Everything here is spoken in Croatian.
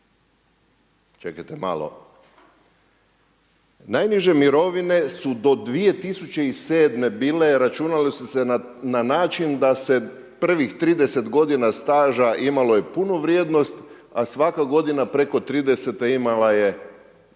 čekajte malo, najniže mirovine su do 2007. bile računale su se na način da se prvih 30 godina staža imalo je punu vrijednost, a svaka godina preko 30e imala je